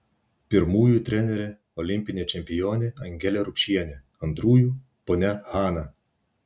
pirmųjų trenerė olimpinė čempionė angelė rupšienė antrųjų ponia hana